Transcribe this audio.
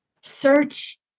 search